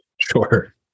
Sure